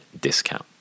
discount